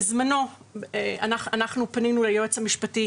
בזמנו, אנחנו פנינו ליועץ המשפטי